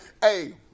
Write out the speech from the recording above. hey